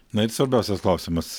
na ir svarbiausias klausimas